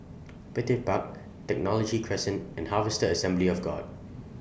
Petir Park Technology Crescent and Harvester Assembly of God